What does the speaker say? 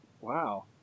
wow